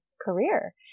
career